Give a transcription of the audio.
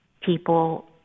people